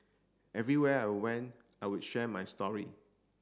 everywhere I went I would share my story